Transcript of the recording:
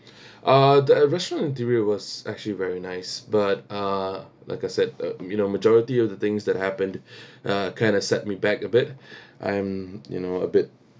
uh the restaurant interior was actually very nice but uh like I said uh you know majority of the things that happened uh kind of set me back a bit and you know a bit